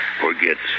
forgets